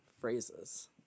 phrases